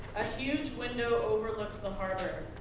a huge window overlook the harbor.